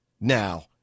Now